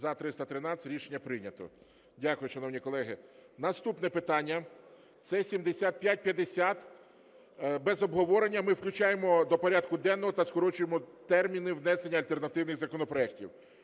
За-313 Рішення прийнято. Дякую, шановні колеги. Наступне питання – це 7550, без обговорення, ми включаємо до порядку денного та скорочуємо терміни внесення альтернативних законопроектів.